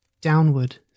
Downward